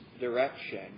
direction